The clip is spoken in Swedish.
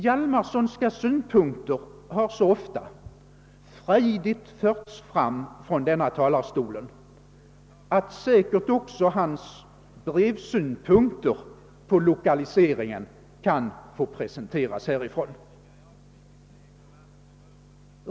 Hjalmarsonska synpunkter har dock så ofta frejdigt förts fram från denna talarstol, att säkerligen också hans brevsynpunkter på lokaliseringen kan få presenteras härifrån.